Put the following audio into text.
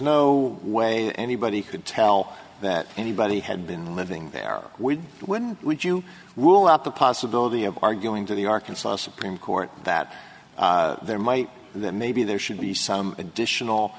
no way anybody could tell that anybody had been living there we would you rule out the possibility of arguing to the arkansas supreme court that there might that maybe there should be some additional